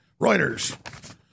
Reuters